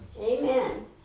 Amen